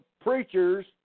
preachers